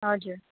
हजुर